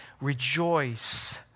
rejoice